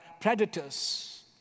predators